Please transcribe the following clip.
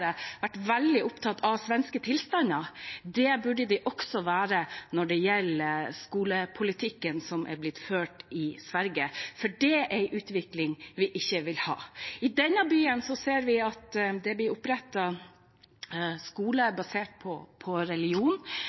vært veldig opptatt av svenske tilstander. Det burde de også være når det gjelder skolepolitikken som er blitt ført i Sverige, for det er en utvikling vi ikke vil ha. I denne byen ser vi at det blir opprettet skoler basert på religion.